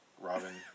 Robin